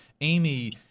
Amy